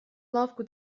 лавку